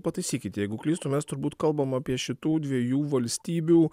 pataisykit jeigu klystu mes turbūt kalbam apie šitų dviejų valstybių